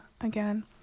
again